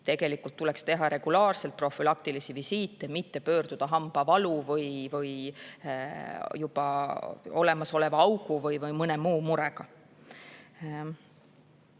tegelikult tuleks teha regulaarselt profülaktilisi visiite, mitte pöörduda alles hambavalu või juba olemasoleva augu või mõne muu murega.